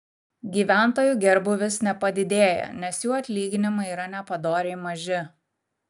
gyventojų gerbūvis nepadidėja nes jų atlyginimai yra nepadoriai maži